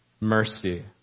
mercy